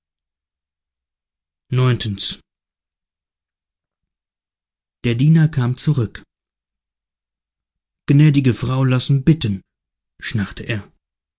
der diener kam zurück gnädige frau lassen bitten schnarrte er